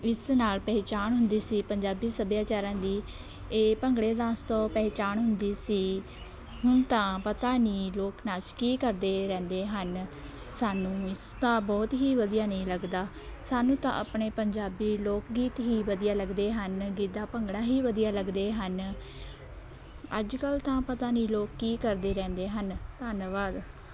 ਇਸ ਨਾਲ ਪਹਿਚਾਣ ਹੁੰਦੀ ਸੀ ਪੰਜਾਬੀ ਸੱਭਿਆਚਾਰਾਂ ਦੀ ਇਹ ਭੰਗੜੇ ਡਾਂਸ ਤੋਂ ਪਹਿਚਾਣ ਹੁੰਦੀ ਸੀ ਹੁਣ ਤਾਂ ਪਤਾ ਨਹੀਂ ਲੋਕ ਨਾਚ ਕੀ ਕਰਦੇ ਰਹਿੰਦੇ ਹਨ ਸਾਨੂੰ ਇਸ ਦਾ ਬਹੁਤ ਹੀ ਵਧੀਆ ਨਹੀਂ ਲੱਗਦਾ ਸਾਨੂੰ ਤਾਂ ਆਪਣੇ ਪੰਜਾਬੀ ਲੋਕ ਗੀਤ ਹੀ ਵਧੀਆ ਲੱਗਦੇ ਹਨ ਗਿੱਧਾ ਭੰਗੜਾ ਹੀ ਵਧੀਆ ਲੱਗਦੇ ਹਨ ਅੱਜ ਕੱਲ੍ਹ ਤਾਂ ਪਤਾ ਨਹੀਂ ਲੋਕ ਕੀ ਕਰਦੇ ਰਹਿੰਦੇ ਹਨ ਧੰਨਵਾਦ